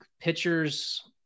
pitchers